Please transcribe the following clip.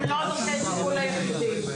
הם לא דרכי טיפול היחידים.